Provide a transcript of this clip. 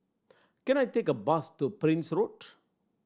can I take a bus to Prince Road